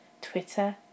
twitter